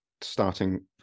starting